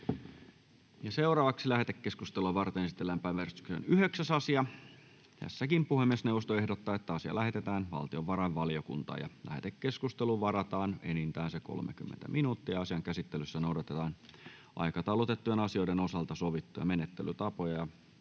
siihen. Lähetekeskustelua varten esitellään päiväjärjestyksen 13. asia. Puhemiesneuvosto ehdottaa, että asia lähetetään sosiaali- ja terveysvaliokuntaan. Lähetekeskustelua varten varataan enintään 30 minuuttia. Asian käsittelyssä noudatetaan aikataulutettujen asioiden osalta sovittuja menettelytapoja.